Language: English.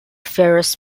ferrous